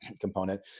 component